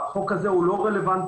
החוק הזה לא רלוונטי.